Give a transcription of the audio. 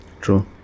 True